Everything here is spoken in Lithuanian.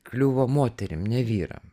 kliuvo moterim ne vyram